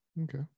Okay